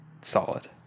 solid